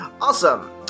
Awesome